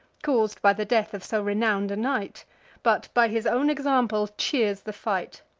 caus'd by the death of so renown'd a knight but by his own example cheers the fight.